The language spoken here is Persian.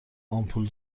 آمپول